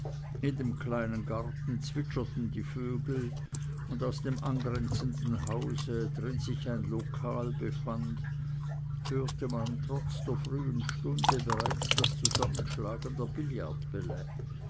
in dem kleinen garten zwitscherten die vögel und aus dem angrenzenden hause drin sich ein lokal befand hörte man trotz der frühen stunde bereits das zusammenschlagen der